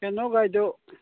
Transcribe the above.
ꯀꯩꯅꯣꯒꯥꯏꯗꯨ